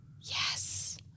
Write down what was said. Yes